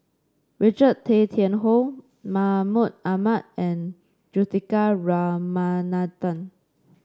Richard Tay Tian Hoe Mahmud Ahmad and Juthika Ramanathan